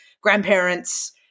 grandparents